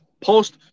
post